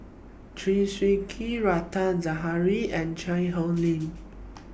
Chew Swee Kee Rita Zahara and Cheang Hong Lim